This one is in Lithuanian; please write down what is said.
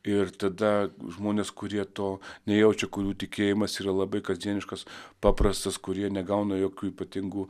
ir tada žmonės kurie to nejaučia kurių tikėjimas yra labai kasdieniškas paprastas kurie negauna jokių ypatingų